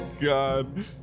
god